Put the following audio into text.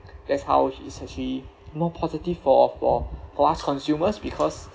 that's how it is actually more positive for for for us consumers because